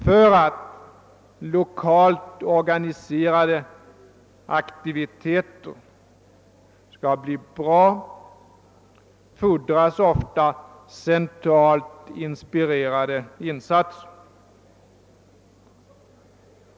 För att lokalt organiserade aktiviteter skall bli bra fordras ofta centralt inspirerade insatser.